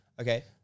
Okay